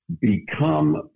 become